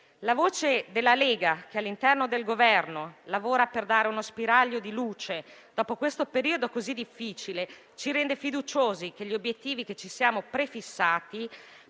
La voce della Lega, che all'interno del Governo lavora per dare uno spiraglio di luce dopo questo periodo così difficile, ci rende fiduciosi che gli obiettivi che ci siamo prefissati